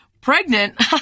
Pregnant